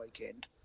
weekend